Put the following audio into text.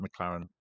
McLaren